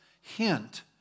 hint